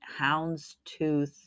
houndstooth